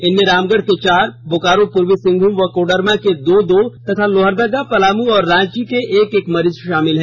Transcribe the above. इनमें रामगढ़ के चार बोकारो पूर्वी सिंहभूम व कोडरमा के दो दो तथा लोहरदगा पलामू और रांची के एक एक मरीज शामिल हैं